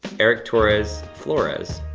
eric torres flores,